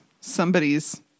somebody's